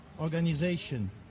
organization